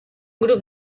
grup